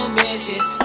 bitches